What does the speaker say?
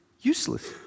useless